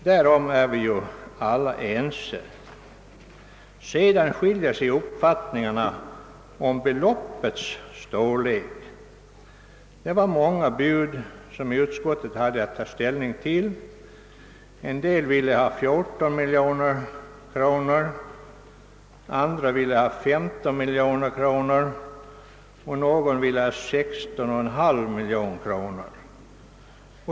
Däremot skiljer sig uppfattningarna om beloppets storlek. Utskottet hade många bud att ta ställning till. En del ville ha 14 miljoner kronor, andra ville ha 15 miljoner kronor och någon ville ha 16,5 miljoner kronor.